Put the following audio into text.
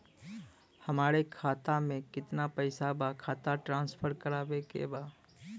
हमारे खाता में कितना पैसा बा खाता ट्रांसफर करावे के बा?